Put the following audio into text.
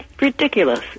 ridiculous